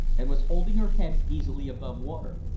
and was holding her head easily above water.